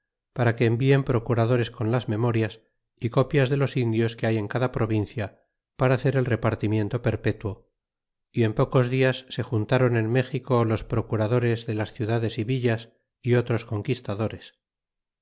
para que envien procuradores con las memorias y copias de los indios que hay en cada provincia para hacer el repartimiento perpetuo y en pocos dias se juntron en méxico los procuradores de las ciudades é villas y otros conquistadores